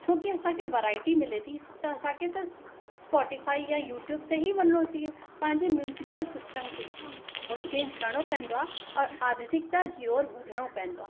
छो कि असांखे वराएटी मिले थी त असांखे त स्पॉटीफ़ाई यां यूट्यूब ते ई वञिणो चाहिये पंहिंजे म्यूज़िकल सिस्टम खे थोरो चेंज करिणो पवंदो आहे और आधुनिकता जी और वधिणो पवंदो आहे